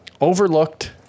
overlooked